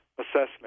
assessment